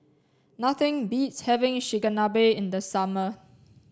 nothing beats having Chigenabe in the summer